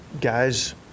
guys